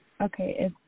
Okay